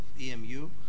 EMU